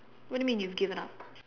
what do you mean you given up